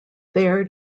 there